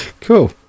Cool